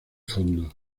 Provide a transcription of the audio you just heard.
fondo